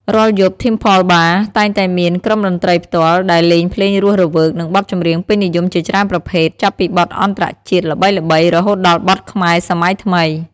រាល់យប់ Temple Bar តែងតែមាន ក្រុមតន្ត្រីផ្ទាល់ ដែលលេងភ្លេងរស់រវើក និងបទចម្រៀងពេញនិយមជាច្រើនប្រភេទ ចាប់ពីបទអន្តរជាតិល្បីៗ រហូតដល់បទខ្មែរសម័យថ្មី។